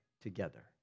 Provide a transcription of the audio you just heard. together